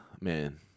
man